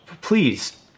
Please